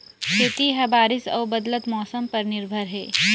खेती ह बारिश अऊ बदलत मौसम पर निर्भर हे